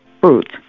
fruit